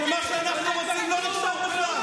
שמה שאנחנו עושים לא נחשב בכלל.